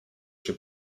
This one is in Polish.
się